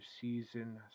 Season